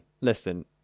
Listen